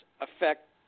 affect